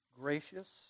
gracious